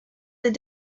des